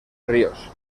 ríos